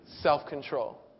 self-control